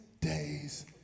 days